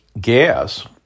gas